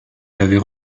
l’avait